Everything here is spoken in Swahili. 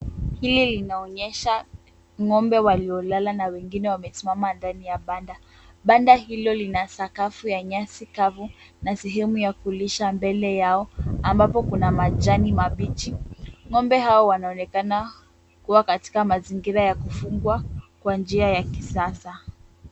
Hili linaonyesha ng'ombe waliolala na wengine wamesimama ndani ya banda. Banda hilo lina sakafu ya nyasi kavu na sehemu ya kulisha mbele yao ambapo kuna majani mabichi. Ng'ombe hao wanaonekana kuwa katika mazingira ya kufugwa kwa njia ya kisasa.